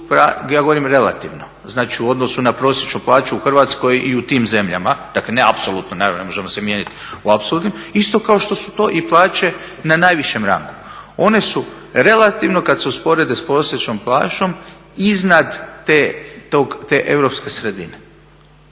ja govorim relativno. Znači u odnosu na prosječnu plaću u Hrvatskoj i u tim zemljama. Dakle, ne apsolutno, naravno ne možemo se mjerit u apsolutnim, isto kao što su to i plaće na najvišem rangu. One su relativno kad se usporede sa prosječnom plaćom iznad te europske sredine